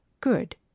good